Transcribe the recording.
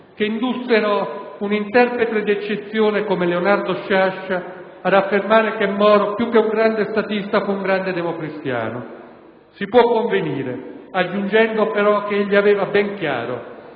che indussero un interprete d'eccezione come Leonardo Sciascia ad affermare che Moro, più che un grande statista, fu un grande democristiano. Si può convenire, aggiungendo però che egli aveva ben chiaro